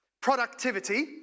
productivity